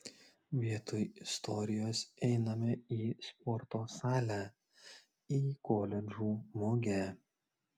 vietoj istorijos einame į sporto salę į koledžų mugę